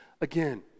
Again